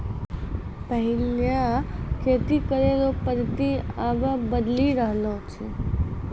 पैहिला खेती करै रो पद्धति आब बदली रहलो छै